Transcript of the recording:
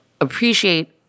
appreciate